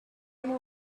know